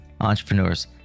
entrepreneurs